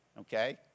Okay